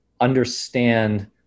understand